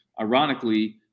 ironically